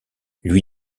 lui